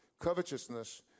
Covetousness